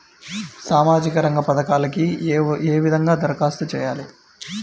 సామాజిక రంగ పథకాలకీ ఏ విధంగా ధరఖాస్తు చేయాలి?